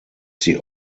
sie